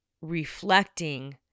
reflecting